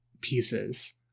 pieces